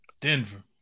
Denver